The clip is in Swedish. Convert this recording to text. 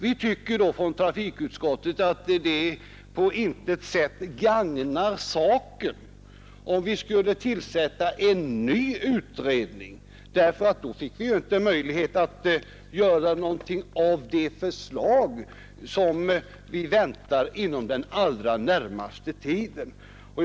Vi i trafikutskottets majoritet tycker därför att det på intet sätt gagnar saken att tillsätta en ny utredning; om så sker får vi inte möjlighet att göra någonting av de förslag som vi väntar inom den allra närmaste tiden.